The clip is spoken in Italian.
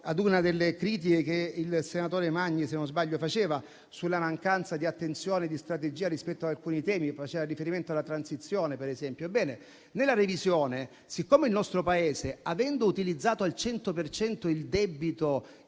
ad una delle critiche che il senatore Magni, se non sbaglio, faceva sulla mancanza di attenzione e di strategia rispetto ad alcuni temi, la transizione, per esempio. Ebbene, siccome il nostro Paese, avendo utilizzato inizialmente il debito